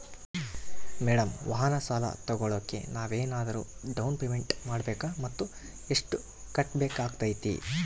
Madam ವಾಹನ ಸಾಲ ತೋಗೊಳೋಕೆ ನಾವೇನಾದರೂ ಡೌನ್ ಪೇಮೆಂಟ್ ಮಾಡಬೇಕಾ ಮತ್ತು ಎಷ್ಟು ಕಟ್ಬೇಕಾಗ್ತೈತೆ?